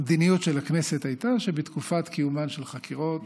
המדיניות של הכנסת הייתה שבתקופת קיומן של חקירות